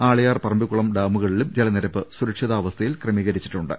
ആളിയാർ പറമ്പിക്കുളം ഡാമുകളിലും ജലനിരപ്പ് സുരക്ഷിതാ വസ്ഥയിൽ ക്രമീകരിച്ചിട്ടുണ്ട്